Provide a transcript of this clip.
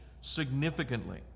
significantly